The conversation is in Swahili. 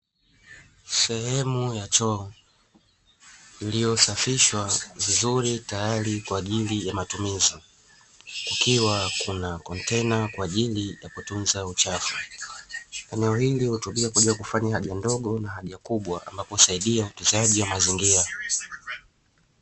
Sehemu ya choo iliyosafishwa vizuri tayari kwa ajili ya matumizi, kukiwa kuna kontena kwa ajili ya kutunza uchafu, eneo hili hutumia kuja kufanya haja ndogo na haja kubwa ambapo husaidia utunzaji wa mazingira.